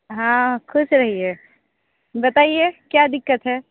हाँ खुश रहिये बताइये क्या दिक्कत है